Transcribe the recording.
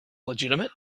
legitimate